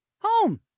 home